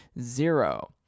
zero